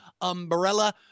umbrella